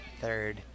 third